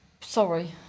Sorry